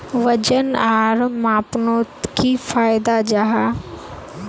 वजन आर मापनोत की फायदा जाहा?